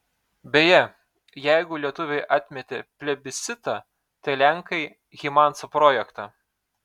beje jeigu lietuviai atmetė plebiscitą tai lenkai hymanso projektą